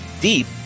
deep